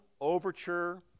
overture